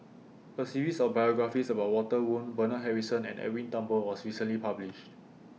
A series of biographies about Walter Woon Bernard Harrison and Edwin Thumboo was recently published